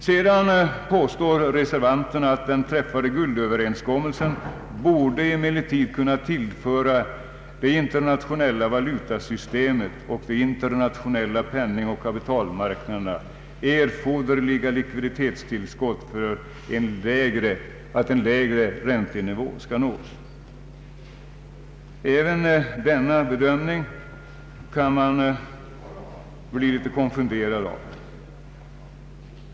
Sedan påstår reservanterna: ”Den träffade guldöverenskommelsen borde emellertid kunna tillföra det internationella valutasystemet och de internationella penningoch kreditmarknaderna erforderliga likviditetstillskott för att en lägre räntenivå skall nås.” Även denna bedömning finner jag ganska märklig.